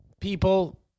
people